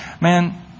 man